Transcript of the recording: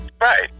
Right